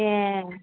ए